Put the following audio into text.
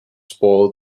spoil